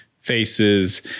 faces